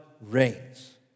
reigns